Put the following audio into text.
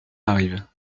arrive